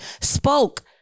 spoke